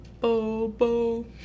bobo